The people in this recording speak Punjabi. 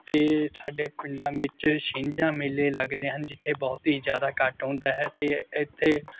ਅਤੇ ਸਾਡੇ ਪਿੰਡਾਂ ਵਿੱਚ ਛਿੰਝਾਂ ਮੇਲੇ ਲੱਗਦੇ ਹਨ ਜਿੱਥੇ ਬਹੁਤ ਹੀ ਜ਼ਿਆਦਾ ਇਕੱਠ ਹੁੰਦਾ ਹੈ ਅਤੇ ਇੱਥੇ